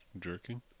Jerking